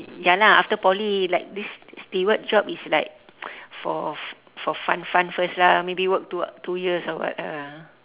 ya lah after poly like this steward job is like for for fun fun first lah maybe work two two years or what ah